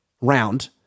round